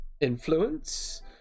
influence